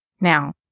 Now